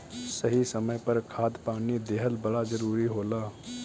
सही समय पर खाद पानी देहल बड़ा जरूरी होला